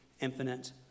infinite